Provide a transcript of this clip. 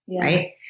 Right